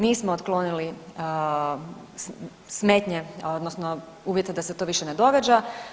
Nismo otklonili smetnje odnosno uvjete da se to više ne događa.